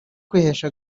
kwihesha